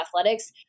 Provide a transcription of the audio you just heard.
athletics